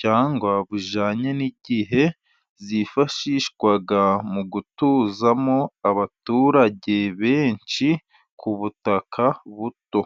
cyangwa bujyanye n'igihe, zifashishwa mu gutuzamo abaturage benshi ku butaka buto.